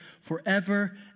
forever